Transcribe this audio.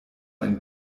ein